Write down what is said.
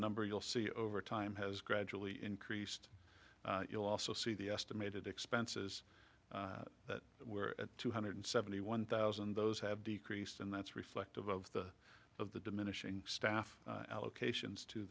number you'll see over time has gradually increased you'll also see the estimated expenses that were at two hundred seventy one thousand those have decreased and that's reflective of the of the diminishing staff allocations to